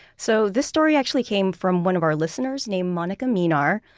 so this story actually came from one of our listeners named monika minar,